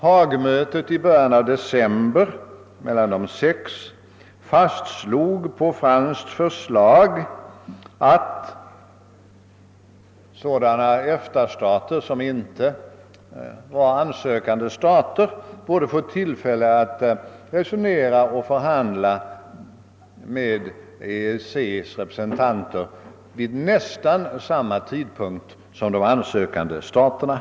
Haagmötet i början av december mellan De sex fastslog på förslag av Frankrike att sådana EFTA-stater som inte var ansökande stater borde få tillfälle att resonera och förhandla med EEC:s representanter vid nästan samma tidpunkt som de ansökande staterna.